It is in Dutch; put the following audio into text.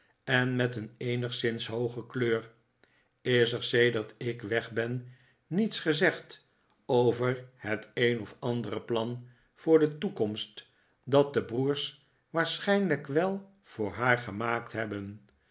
en met een eenigszins hooge kleur is er sedert ik weg ben niets gezegd over het een of andere plan voor de toekomst dat de broers waarschijnlijk wel voor haar gemaakt hebben